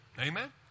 Amen